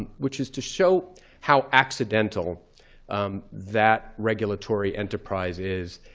um which is to show how accidental that regulatory enterprise is.